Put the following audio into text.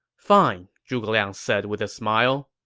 fine, zhuge liang said with a smile.